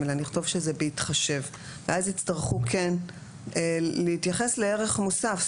אלא נכתוב שזה בהתחשב ואז יצטרכו כן להתייחס לערך מוסף,